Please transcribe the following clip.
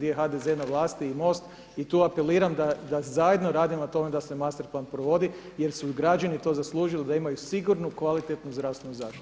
je HDZ na vlasti i MOST i tu apeliram da zajedno radimo na tome da se mastreplan provodi jer su građani to zaslužili da imaju sigurnu, kvalitetnu zdravstvenu zaštitu.